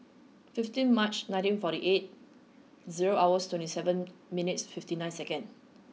fifteen March nineteen forty eight zero hours twenty seven minutes fifty nine seconds